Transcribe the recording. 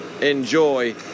Enjoy